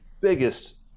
biggest